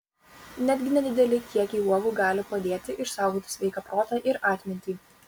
netgi nedideli kiekiai uogų gali padėti išsaugoti sveiką protą ir atmintį